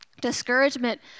Discouragement